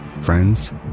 friends